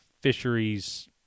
fisheries